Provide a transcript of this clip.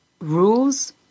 rules